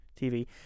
TV